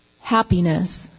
happiness